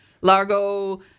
Largo